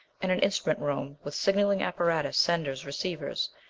and an instrument room with signaling apparatus, senders, receivers,